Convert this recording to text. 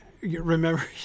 remember